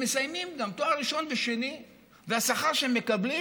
אנשים שמסיימים גם תואר ראשון ושני והשכר שהם מקבלים